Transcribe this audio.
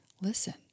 Listen